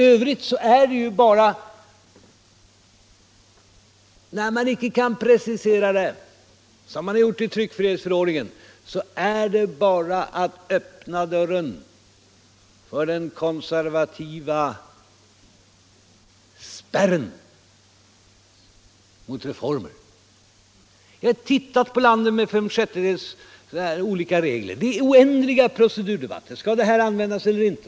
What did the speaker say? När man icke kan precisera, som man har gjort i tryckfrihetsförord Nr 150 ningen, är det bara att öppna dörren för den konservativa spärren mot Fredagen den reformer. Titta på länder med olika spärregler! Där är oändliga proce 4 juni 1976 durdebatter — skall den här regeln användas här eller inte?